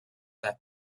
that